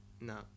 No